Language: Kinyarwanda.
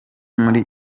muri